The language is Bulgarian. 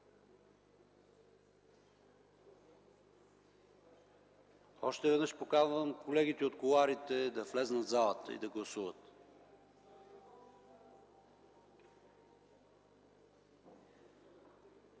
Още веднъж поканвам колегите от кулоарите да влязат в залата и да гласуват.